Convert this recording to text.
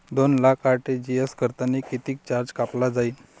दोन लाख आर.टी.जी.एस करतांनी कितीक चार्ज कापला जाईन?